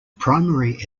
primary